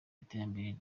iterambere